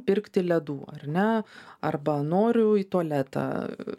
pirkti ledų ar ne arba noriu į tualetą